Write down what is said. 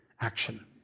action